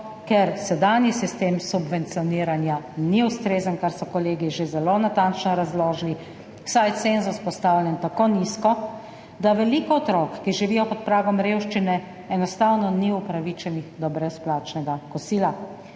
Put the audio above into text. ker sedanji sistem subvencioniranja ni ustrezen, kar so kolegi že zelo natančno razložili, saj je cenzus postavljen tako nizko, da veliko otrok, ki živijo pod pragom revščine, enostavno ni upravičenih do brezplačnega kosila.